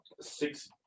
six